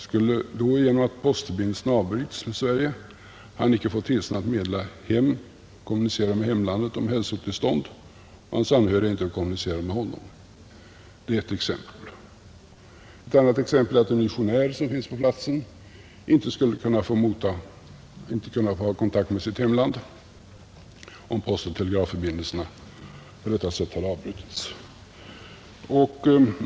Skulle han då genom att postförbindelserna avbrutits med Sverige icke kunna kommunicera med hemlandet om hälsotillstånd etc. och hans anhöriga inte få kommunicera med honom? Det är ett exempel. Ett annat exempel är att en missionär som finns på platsen inte skulle kunna få ha kontakt med sitt hemland om postoch telegrafförbindelserna på detta sätt avbrutits.